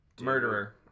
Murderer